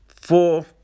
four